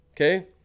Okay